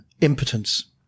impotence